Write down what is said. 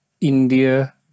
India